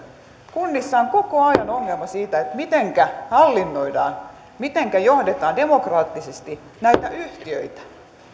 kunnissahan on koko ajan ongelma siitä mitenkä hallinnoidaan mitenkä johdetaan demokraattisesti näitä yhtiöitä